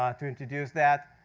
um to introduce that.